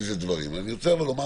אבל אני רוצה לומר